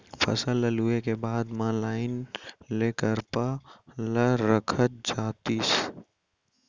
फसल ल लूए के बाद म लाइन ले करपा ल रखत जातिस